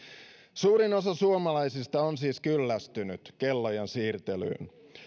suurin osa suomalaisista on siis kyllästynyt kellojen siirtelyyn